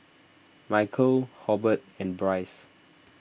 Micheal Hobert and Bryce